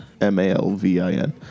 M-A-L-V-I-N